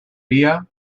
vía